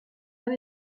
bien